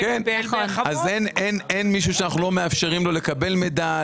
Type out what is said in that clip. אין מישהו שאנחנו לא מאפשרים לו לקבל מידע,